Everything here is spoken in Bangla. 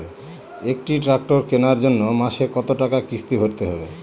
একটি ট্র্যাক্টর কেনার জন্য মাসে কত টাকা কিস্তি ভরতে হবে?